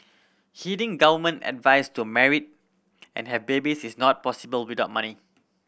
heeding government advice to married and have babies is not possible without money